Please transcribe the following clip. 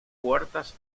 puertas